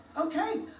Okay